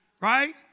Right